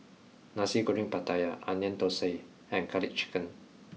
nasi goreng pattaya onion thosai and garlic chicken